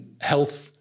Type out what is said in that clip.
health